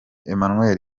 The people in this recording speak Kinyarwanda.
emmanuel